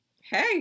Hey